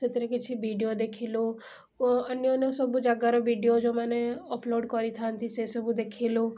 ସେଥିରେ କିଛି ଭିଡ଼ିଓ ଦେଖିଲୁ ଓ ଅନ୍ୟାନ ସବୁ ଜାଗାରେ ଭିଡ଼ିଓ ଯେଉଁମାନେ ଅପଲୋଡ଼୍ କରିଥାନ୍ତି ସେସବୁ ଦେଖିଲୁ